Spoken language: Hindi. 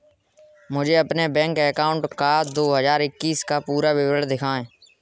मुझे अपने बैंक अकाउंट का दो हज़ार इक्कीस का पूरा विवरण दिखाएँ?